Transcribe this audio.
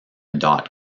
dot